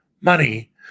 money